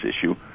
issue